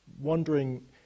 wondering